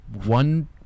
one